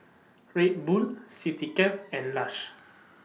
Red Bull Citycab and Lush